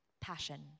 passion